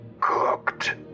cooked